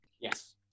Yes